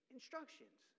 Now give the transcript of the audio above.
Instructions